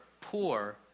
poor